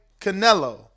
Canelo